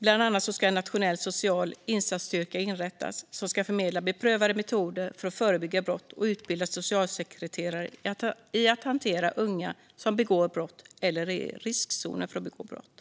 Bland annat ska en nationell social insatsstyrka inrättas, som ska förmedla beprövade metoder för att förebygga brott och utbilda socialsekreterare i att hantera unga som begår brott eller är i riskzonen för att begå brott.